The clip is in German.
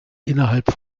innerhalb